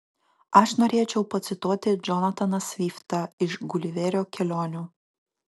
aš norėčiau pacituoti džonataną sviftą iš guliverio kelionių